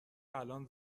الان